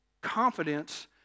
confidence